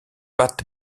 pat